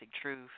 truth